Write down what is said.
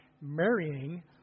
marrying